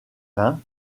vins